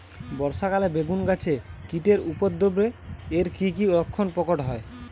বর্ষা কালে বেগুন গাছে কীটের উপদ্রবে এর কী কী লক্ষণ প্রকট হয়?